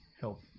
Help